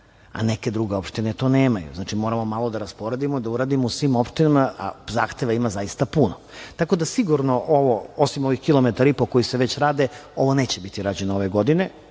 a neke druge opštine to nemaju. Znači, moramo malo da rasporedimo da uradimo u svim opštinama, a zahteva ima zaista puno. Tako da sigurno osim ovih kilometar i po koji se već rade, ovo neće biti rađeno ove godine.